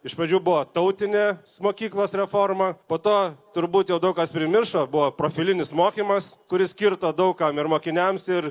iš pradžių buvo tautinė mokyklos reforma po to turbūt jau daug kas primiršo buvo profilinis mokymas kuris kirto daug kam ir mokiniams ir